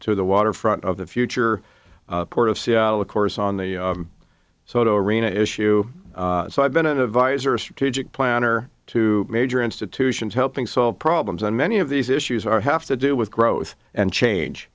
to the waterfront of the future port of seattle of course on the soto arena issue so i've been an advisor a strategic planner to major institutions helping solve problems and many of these issues are have to do with growth and change